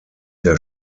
der